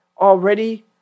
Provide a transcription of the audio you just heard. already